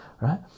right